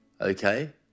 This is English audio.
Okay